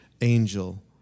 angel